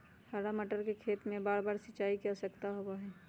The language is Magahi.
हरा मटर के खेत में बारबार सिंचाई के आवश्यकता होबा हई